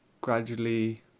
gradually